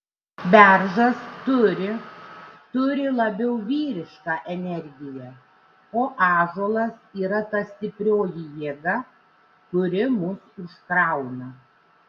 beržas turi turi labiau vyrišką energiją o ąžuolas yra ta stiprioji jėga kuri mus užkrauna